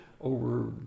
over